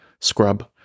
scrub